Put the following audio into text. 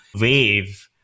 wave